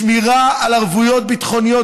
שמירה על ערבויות ביטחוניות,